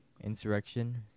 insurrection